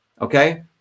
okay